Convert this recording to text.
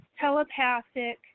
telepathic